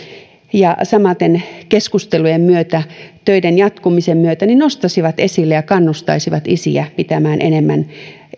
ja samaten keskustelujen myötä töiden jatkumisen myötä nostaisivat esille ja kannustaisivat isiä pitämään enemmän